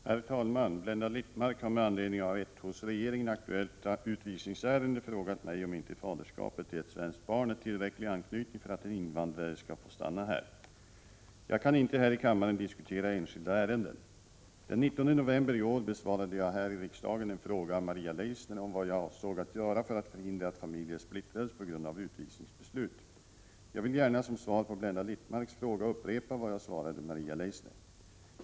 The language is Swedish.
Herr talman! Blenda Littmarck har med anledning av ett hos regeringen aktuellt utvisningsärende frågat mig om inte faderskapet till ett svenskt barn är tillräcklig anknytning för att en invandrare skall få stanna här. Jag kan inte här i kammaren diskutera enskilda ärenden. Den 19 november i år besvarade jag här i riksdagen en fråga av Maria Leissner om vad jag avsåg att göra för att förhindra att familjer splittrades på grund av utvisningsbeslut. Jag vill gärna som svar på Blenda Littmarcks fråga upprepa vad jag svarade Maria Leissner.